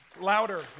Louder